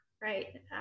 right